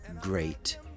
great